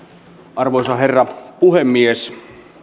arvoisa herra puhemies